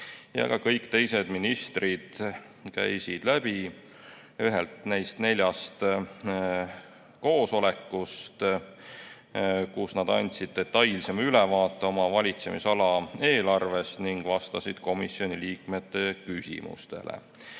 ja ka kõik teised ministrid käisid läbi ühelt või teiselt neist neljast koosolekust, kus nad andsid detailsema ülevaate oma valitsemisala eelarvest ning vastasid komisjoni liikmete küsimustele.